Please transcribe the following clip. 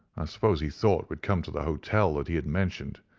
i suppose he thought we had come to the hotel that he had mentioned,